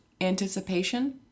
Anticipation